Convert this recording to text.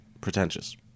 pretentious